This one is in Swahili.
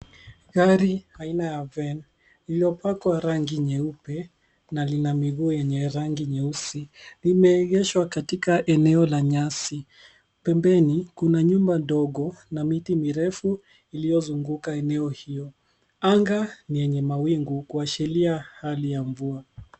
Gari aina ya van lililopakwa rangi nyeupe na lina miguu yenye rangi nyeusi. Limeegeshwa katika eneo la nyasi. Pembeni, kuna nyumba ndogo na miti mirefu iliyozunguka eneo hiyo. Anga ni yenye mawingu kuashiria hali ya mvua.